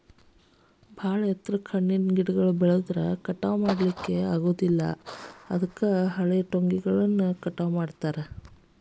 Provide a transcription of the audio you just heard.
ಬಾಳ ಎತ್ತರಕ್ಕ್ ಹಣ್ಣಿನ ಗಿಡಗಳು ಬೆಳದ್ರ ಕಟಾವಾ ಮಾಡ್ಲಿಕ್ಕೆ ಆಗೋದಿಲ್ಲ ಅದಕ್ಕ ಹಳೆಟೊಂಗಿಗಳನ್ನ ಕಟಾವ್ ಮಾಡ್ತಾರ